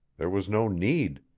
there was no need.